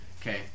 Okay